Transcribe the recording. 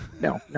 no